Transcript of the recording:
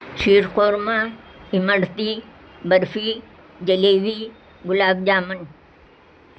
Sher khurma imarti barfi jalebi gulab jamun